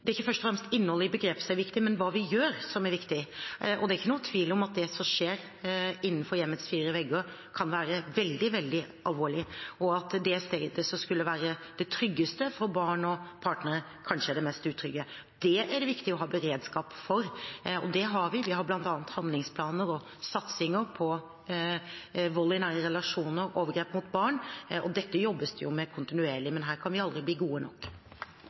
viktig, men hva vi gjør. Det er ingen tvil om at det som skjer innenfor hjemmets fire vegger, kan være veldig, veldig alvorlig, og at det stedet som skulle være det tryggeste for barn og partnere, kanskje er det mest utrygge. Det er det viktig å ha beredskap for, og det har vi. Vi har bl.a. handlingsplaner og satsinger mot vold i nære relasjoner og overgrep mot barn, og dette jobbes det med kontinuerlig. Men her kan vi aldri bli gode nok.